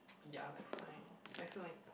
ya like fine I feel like